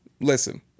Listen